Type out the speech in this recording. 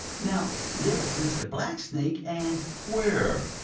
now there's mr. blacksnake and where?